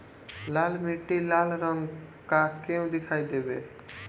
लाल मीट्टी लाल रंग का क्यो दीखाई देबे?